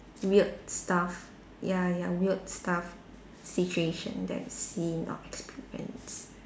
weird stuff ya ya weird stuff situation that seen or experienced